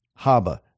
haba